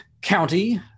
County